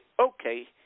okay